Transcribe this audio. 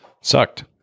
Sucked